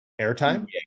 airtime